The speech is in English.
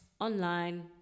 online